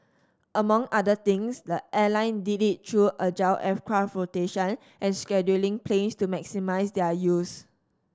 among other things the airline did it through agile aircraft rotation and scheduling planes to maximise their use